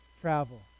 travel